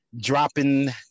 dropping